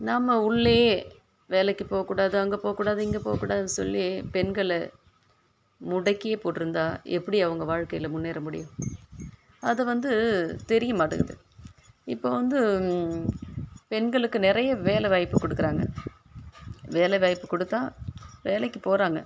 நாம் உள்ளேயே வேலைக்கு போககூடாது அங்கே போககூடாது இங்கே போககூடாதுன்னு சொல்லி பெண்கள் முடக்கியே போட்டுருந்தா எப்படி அவங்க வாழ்க்கையில் முன்னேற முடியும் அது வந்து தெரியமாட்டுக்குது இப்போ வந்து பெண்களுக்கு நிறைய வேலை வாய்ப்பு கொடுக்குறாங்க வேலை வாய்ப்பு கொடுத்தா வேலைக்கு போகிறாங்க